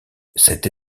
cette